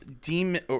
Demon